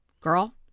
girl